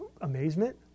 amazement